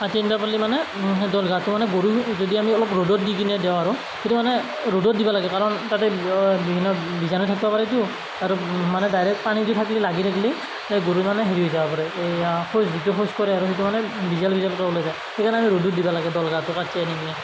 কাটি আনিব পাৰিলে মানে সেই দল ঘাঁহটো মানে গৰুক যদি আমি অলপ ৰ'দত দি কিনে দিওঁ আৰু সেইটো মানে ৰ'দত দিবা লাগে কাৰণ তাতে বিভিন্ন বীজাণু থাকিব পাৰেতো তাহাঁতক মানে ডাইৰেক্ট পানী দি থাকিলে লাগি থাকিলে গৰু মানে হেৰি হৈ যাব পাৰে এইয়া শৌচ যিটো শৌচ কৰে আৰু সেইটো মানে বিজল বিজলকৈ ওলাই যায় সেইকাৰণে আমি ৰ'দত দিবা লাগে দল ঘাঁহটো কাটি আনি